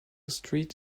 street